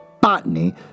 botany